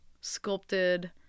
sculpted